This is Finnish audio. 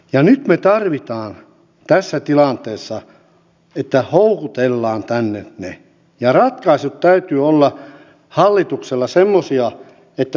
ja nyt meidän täytyy tässä tilanteessa houkutella se tänne ja ratkaisujen täytyy olla hallituksella semmoisia että se tulee